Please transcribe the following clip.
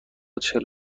چهل